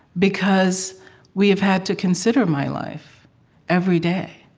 because we have had to consider my life every day.